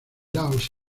laos